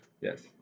Yes